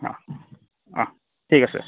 অ ঠিক আছে